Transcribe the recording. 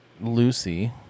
Lucy